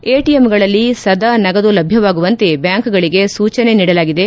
ಎಟಎಂಗಳಲ್ಲಿ ಸದಾ ನಗದು ಲಭ್ಯವಾಗುವಂತೆ ಬ್ಲಾಂಕ್ಗಳಿಗೆ ಸೂಚನೆ ನೀಡಲಾಗಿದೆ